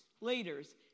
leaders